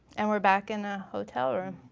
and we're back in a hotel room.